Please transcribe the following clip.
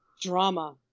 drama